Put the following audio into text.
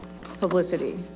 publicity